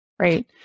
right